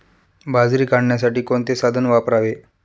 बाजरी काढण्यासाठी कोणते साधन वापरावे?